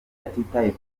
atitaye